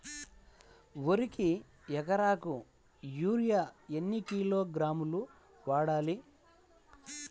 వరికి ఎకరాకు యూరియా ఎన్ని కిలోగ్రాములు వాడాలి?